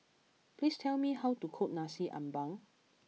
please tell me how to cook Nasi Ambeng